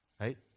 right